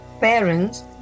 parents